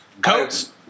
Coat's